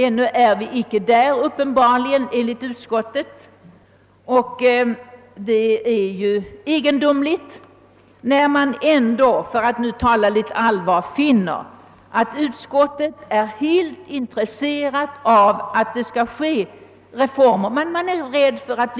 Enligt utskottet är vi uppenbarligen ännu icke där, och det är egendomligt när man ändå — för att nu tala litet allvar — finner att utskottet är helt intresserat av att det skall ske reformer. Men man är rädd för att